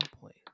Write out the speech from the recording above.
point